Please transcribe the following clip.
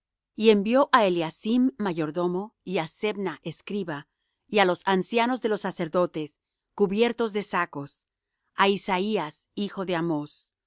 y envió á eliacim mayordomo y á sebna escriba y á los ancianos de los sacerdotes cubiertos de sacos á isaías profeta hijo de amoz